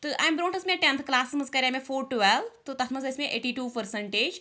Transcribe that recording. تہٕ اَمہِ برٛونٛٹھ اوس مےٚ ٹیٚنتھہٕ کَلاسَس منٛز کَرے مےٚ فور ٹُویٚل تہٕ تَتھ منٛز ٲسۍ مےٚ ایٹی ٹوٗ پٔرسَنٹیج